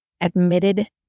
admitted